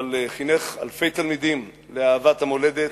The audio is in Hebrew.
אבל חינך אלפי תלמידים לאהבת המולדת,